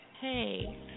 Hey